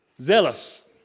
zealous